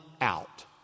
out